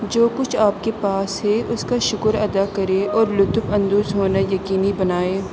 جو کچھ آپ کے پاس ہے اس کا شکر ادا کریں اور لطف اندوز ہونا یقینی بنائیں